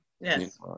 yes